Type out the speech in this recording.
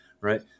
right